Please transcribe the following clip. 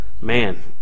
Man